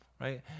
right